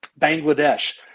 Bangladesh